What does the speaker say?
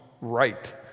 right